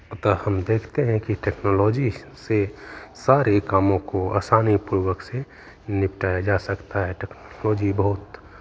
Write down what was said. अतः हम देखते हैं कि टेक्नोलॉजी से सारे कामों को आसानीपूर्वक से निपटाया जा सकता है टेक्नोलॉजी बहुत